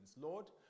Lord